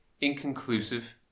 inconclusive